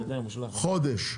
חודש.